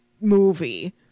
movie